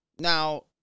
Now